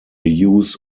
use